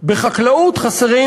בחקלאות חסרים